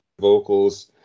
Vocals